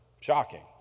shocking